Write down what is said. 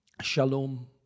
shalom